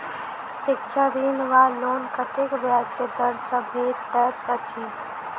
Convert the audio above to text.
शिक्षा ऋण वा लोन कतेक ब्याज केँ दर सँ भेटैत अछि?